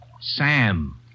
Sam